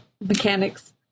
mechanics